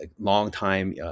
longtime